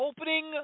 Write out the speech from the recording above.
opening